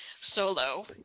solo